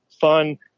fun